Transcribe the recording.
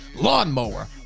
lawnmower